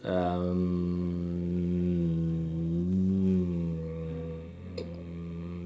um